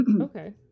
Okay